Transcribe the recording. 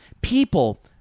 people